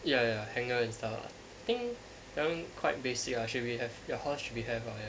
ya ya hangar and stuff I think that [one] quite basic ah should be have ya should be have ah